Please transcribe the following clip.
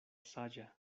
saĝa